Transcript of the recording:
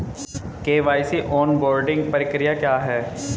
KYC onboarding प्रक्रिया क्या है?